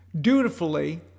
dutifully